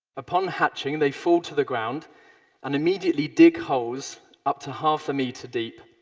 upon hatching, they fall to the ground and immediately dig holes up to half a meter deep.